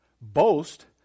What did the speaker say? boast